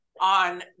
on